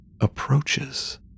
approaches